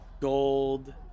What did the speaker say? gold